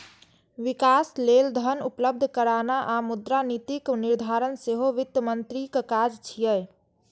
विकास लेल धन उपलब्ध कराना आ मुद्रा नीतिक निर्धारण सेहो वित्त मंत्रीक काज छियै